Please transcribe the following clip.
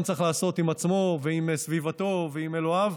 צריך לעשות עם עצמו ועם סביבתו ועם אלוקיו,